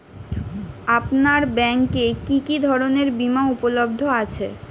আপনার ব্যাঙ্ক এ কি কি ধরনের বিমা উপলব্ধ আছে?